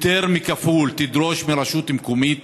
תדרוש מרשות מקומית